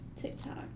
TikTok